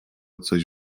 coś